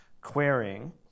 querying